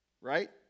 Right